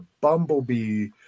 Bumblebee